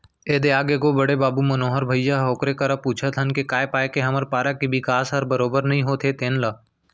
ए दे आगे गो बड़े बाबू मनोहर भइया ह ओकरे करा पूछत हन के काय पाय के हमर पारा के बिकास हर बरोबर नइ होत हे तेन ल